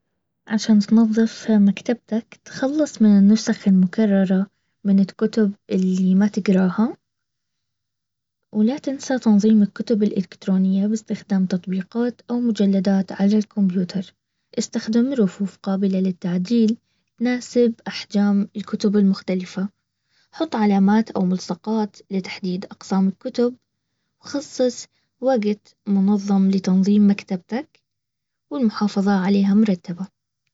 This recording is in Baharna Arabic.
عشان تنظف مكتبتك تخلص من النسخ المكررة من الكتب اللي ما تقراهاولا تنسى تنظيم الكتب الالكترونية باستخدام تطبيقات او مجلدات على الكمبيوتر. استخدم رفوف قابلة للتعديل تناسب احجام الكتب المختلفة حط علامات او ملصقات لتحديد اقسام الكتب وخصص وقت منظم لتنظيم مكتبتك والمحافظة عليها مرتبة